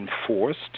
enforced